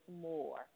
more